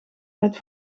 met